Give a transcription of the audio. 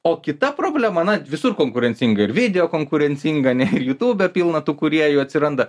o kita problema na visur konkurencinga ir video konkurencinga ane ir jutube pilna tų kūrėjų atsiranda